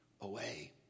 away